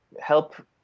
help